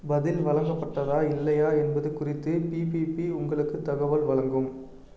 பதில் வழங்கப்பட்டதா இல்லையா என்பது குறித்து பிபிபி உங்களுக்கு தகவல் வழங்கும்